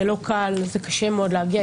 זה לא קל, זה קשה מאוד להגיע.